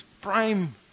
prime